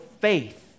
faith